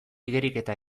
igeriketa